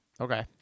Okay